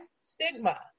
stigma